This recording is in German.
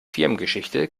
firmengeschichte